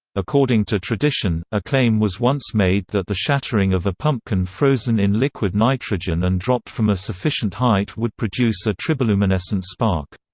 according to tradition, a claim was once made that the shattering of a pumpkin frozen in liquid nitrogen and dropped from a sufficient height would produce a triboluminescent spark.